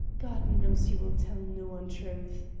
god knows you will tell no untruth.